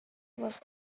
was